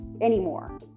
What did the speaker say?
anymore